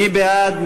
מי בעד?